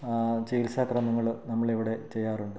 ആ ചികിത്സ ക്രമങ്ങൾ നമ്മൾ ഇവിടെ ചെയ്യാറുണ്ട്